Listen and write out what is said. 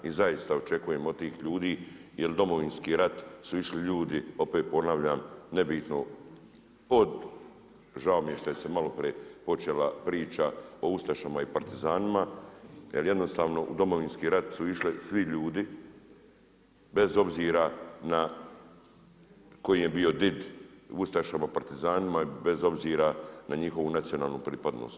Mi zaista očekujemo od tih ljudi jer u Domovinski rat su išli ljudi, opet ponavljam nebitno od žao mi je što se malo prije počela priča o ustašama i partizanima, jer jednostavno u Domovinski rat su išli svi ljudi bez obzira na tko im je bio did u ustašama, partizanima, bez obzira na njihovu nacionalnu pripadnost.